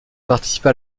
participa